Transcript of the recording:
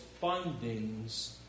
findings